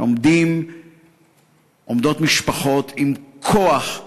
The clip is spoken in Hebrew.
עומדות משפחות עם כוח,